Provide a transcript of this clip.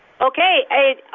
Okay